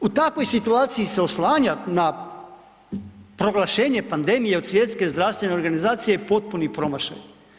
U takvoj situaciji se oslanjat na proglašenje pandemije od Svjetske zdravstvene organizacije je potpuni promašaj.